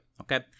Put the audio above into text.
okay